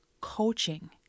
Coaching